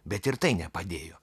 bet ir tai nepadėjo